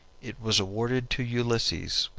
it was awarded to ulysses,